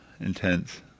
intense